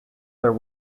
there